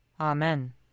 Amen